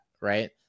right